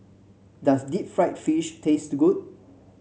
does Deep Fried Fish taste good